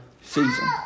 season